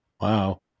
Wow